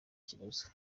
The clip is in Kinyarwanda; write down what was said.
kibazo